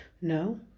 No